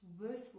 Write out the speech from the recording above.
worthwhile